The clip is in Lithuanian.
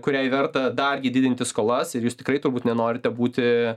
kuriai verta dargi didinti skolas ir jūs tikrai turbūt nenorite būti